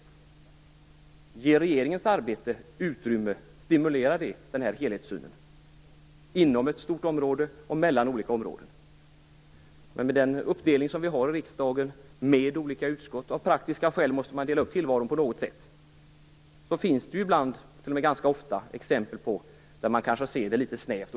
Stimulerar regeringens arbete den här helhetssynen, inom ett stort område och mellan olika områden? Av praktiska skäl måste man dela upp tillvaron på något sätt. Med den uppdelning i olika utskott som vi har i riksdagen ser man det kanske litet snävt.